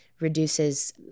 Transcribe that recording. Reduces